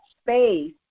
space